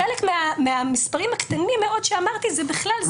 חלק מהמספרים הקטנים מאוד שאמרתי הם בכלל זה.